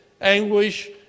anguish